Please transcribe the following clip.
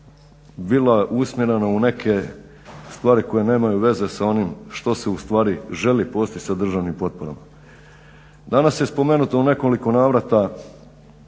bila usmjerena u neke stvari koje nemaju veze sa onim što se u stvari želi postići sa državnim potporama. Danas je spomenuto u nekoliko navrata